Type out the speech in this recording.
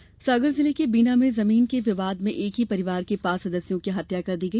पारिवारिक विवाद सागर जिले के बीना में जमीन के विवाद में एक ही परिवार के पाँच सदस्यों की हत्या कर दी गई